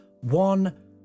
one